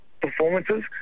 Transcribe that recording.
performances